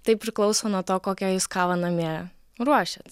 tai priklauso nuo to kokią jūs kavą namie ruošiat